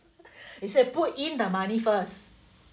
he said put in the money first